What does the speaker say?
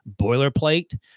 boilerplate